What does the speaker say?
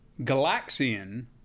Galaxian